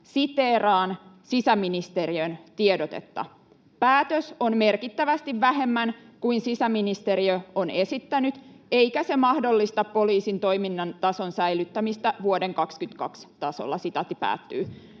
Siteeraan sisäministeriön tiedotetta: ”Päätös on merkittävästi vähemmän kuin sisäministeriö on esittänyt, eikä se mahdollista poliisin toiminnan tason säilyttämistä vuoden 2022 tasolla.” Suomen sisäisen